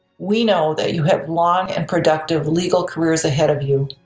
we know that you have long and productive legal careers ahead of you.